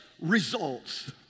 Results